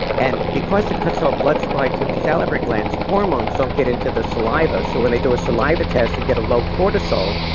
and because it cuts off blood supply to the salivary glands, hormones don't get into the saliva, so when they do a saliva test and get a low cortisol,